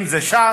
אם זה ש"ס